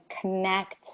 connect